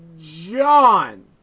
John